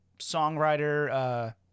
songwriter